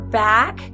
back